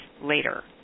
later